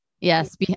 Yes